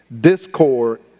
discord